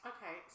Okay